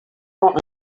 rends